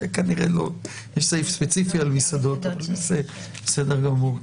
יש סעיף ספציפי על מסעדות, אבל בסדר גמור.